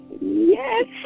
Yes